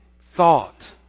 thought